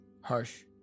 harsh